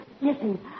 Listen